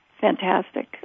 fantastic